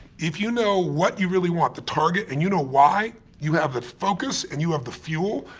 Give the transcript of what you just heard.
if you know what you really want, the target, and you know why, you have the focus and you have the fuel,